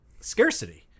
scarcity